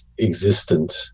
existent